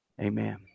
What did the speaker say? Amen